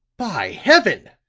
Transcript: by heaven,